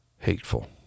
Hateful